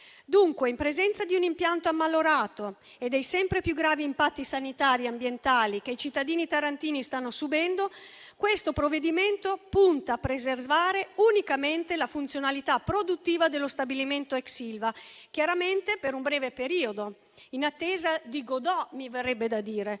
Dunque, in presenza di un impianto ammalorato e dei sempre più gravi impatti sanitari ambientali che i cittadini tarantini stanno subendo, questo provvedimento punta a preservare unicamente la funzionalità produttiva dello stabilimento ex Ilva, chiaramente per un breve periodo; in attesa di Godot, mi verrebbe da dire.